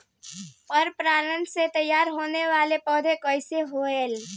पर परागण से तेयार होने वले पौधे कइसे होएल?